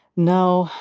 no,